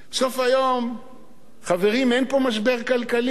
בסוף היום, חברים, אין פה משבר כלכלי.